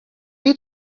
ate